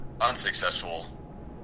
unsuccessful